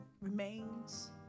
remains